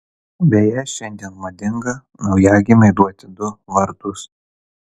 beje šiandien madinga naujagimiui duoti du vardus